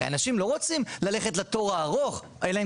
הרי אנשים לא רוצים ללכת לתור הארוך אלא